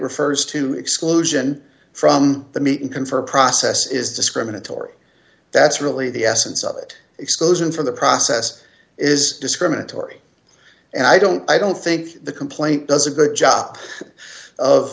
refers to exclusion from the meet and confer process is discriminatory that's really the essence of it exposing for the process is discriminatory and i don't i don't think the complaint does a good job